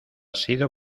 sido